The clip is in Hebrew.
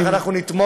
אם כך, אנחנו נתמוך.